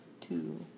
two